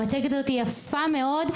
המצגת הזאת יפה מאוד,